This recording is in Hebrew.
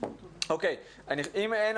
אני קוראת